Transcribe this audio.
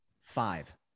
five